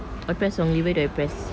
I press wrongly where do I press